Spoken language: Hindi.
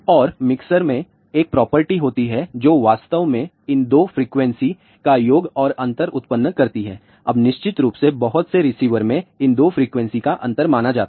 और मिक्सर में एक प्रॉपर्टी होती है जो वास्तव में इन 2 फ्रीक्वेंसी का योग और अंतर उत्पन्न करती है अब निश्चित रूप से बहुत से रिसीवर में इन 2 फ्रीक्वेंसी का अंतर माना जाता है